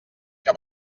que